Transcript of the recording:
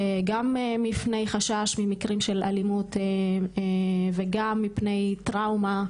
גם מפני חשש ממקרים של אלימות וגם מפני טראומה,